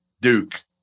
Duke